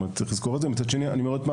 על אף ששוב אני אומר,